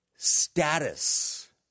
status